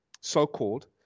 so-called